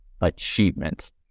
achievement